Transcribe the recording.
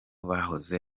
bahoze